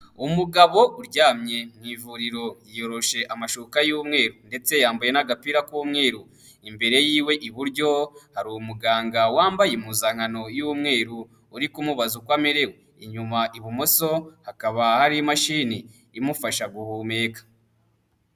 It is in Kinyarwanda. Umugabo uryamye mu ivuriro yiyoroshe amashuka y'umweru ndetse yambaye n'agapira k'umweru, imbere yiwe iburyo hari umuganga wambaye impuzankano y'umweru, uri kumubaza uko amerewe, inyuma ibumoso hakaba hari imashini imufasha guhumeka.